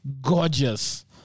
gorgeous